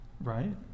right